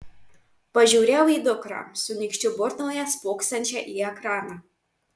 pažiūrėjau į dukrą su nykščiu burnoje spoksančią į ekraną